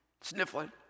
sniffling